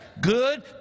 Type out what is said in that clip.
Good